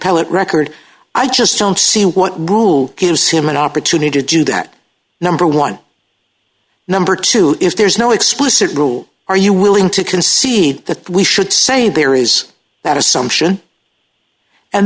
appellate record i just don't see what rule gives him an opportunity to do that number one number two if there's no explicit rule are you willing to concede that we should say there is that assumption and